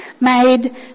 Made